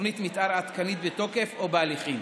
תוכנית מתאר עדכנית בתוקף או בהליכים.